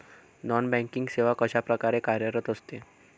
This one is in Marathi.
नॉन बँकिंग सेवा कशाप्रकारे कार्यरत असते?